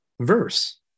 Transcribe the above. verse